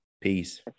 Peace